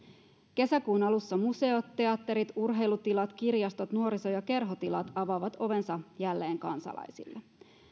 kesäkuun alussa museot teatterit urheilutilat kirjastot ja nuoriso ja kerhotilat avaavat ovensa jälleen kansalaisille